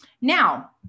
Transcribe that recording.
Now